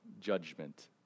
judgment